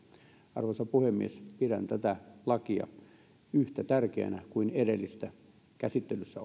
arvoisa puhemies pidän tätä lakia yhtä tärkeänä kuin edellistä käsittelyssä